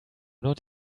not